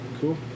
Cool